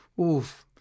oof